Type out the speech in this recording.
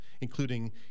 including